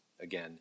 Again